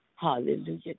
Hallelujah